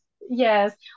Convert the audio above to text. yes